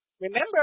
Remember